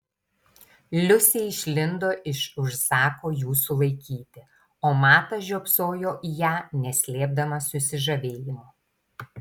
liusė išlindo iš už zako jų sulaikyti o matas žiopsojo į ją neslėpdamas susižavėjimo